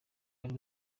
wari